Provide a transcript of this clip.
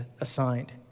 assigned